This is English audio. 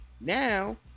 Now